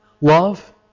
Love